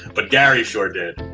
but gary sure did.